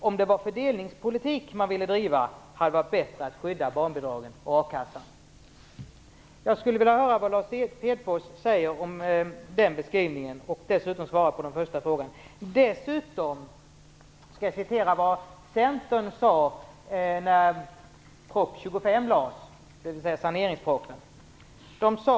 Om det var fördelningspolitik man ville driva, hade det varit bättre att skydda barnbidragen och A Jag skulle vilja höra vad Lars Hedfors säger om den beskrivningen och vill dessutom att han svarar på den första frågan. Dessutom skall jag citera vad man sade från Centern när proposition 25, dvs. saneringspropositionen, lades fram.